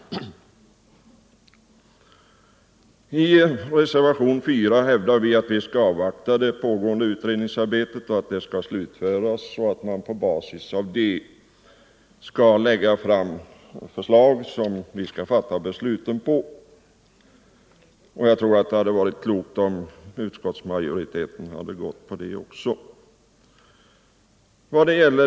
I reservationen 4 uttalar vi att man bör avvakta att det pågående utredningsarbetet slutförs och att man sedan på basis av det arbetet skall utforma förslag som vi kan lägga till grund för besluten. Jag tror att det hade varit klokt om också utskottsmajoriteten gått på denna linje.